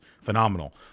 phenomenal